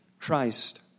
Christ